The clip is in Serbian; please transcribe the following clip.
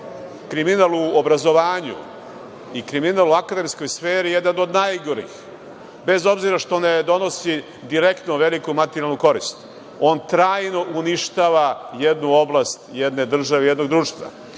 kriminal u obrazovanju i kriminal u akademskoj sferi jedan od najgorih. Bez obzira što ne donosi direktno veliku materijalnu korist. On trajno uništava jednu oblast, jedne države, jednog društva.